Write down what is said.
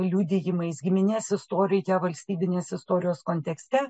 liudijimais giminės istorija valstybinės istorijos kontekste